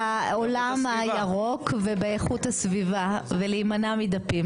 בעולם הירוק ובאיכות הסביבה ולהימנע מדפים.